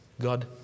God